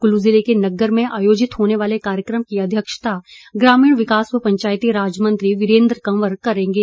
कुल्लू ज़िले के नग्गर में आयोजित होने वाले कार्यक्रम की अध्यक्षता ग्रामीण विकास व पंचायतीराज मंत्री वीरेंद्र कंवर करेंगे